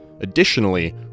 Additionally